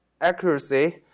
accuracy